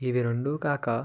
ఇవి రెండూ కాక